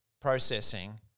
processing